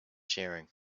sharing